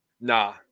Nah